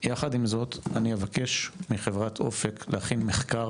יחד עם זאת, אני אבקש מחברת אופק להכין מחקר